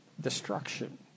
Destruction